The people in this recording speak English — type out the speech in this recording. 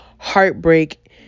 Heartbreak